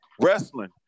wrestling